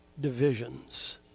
divisions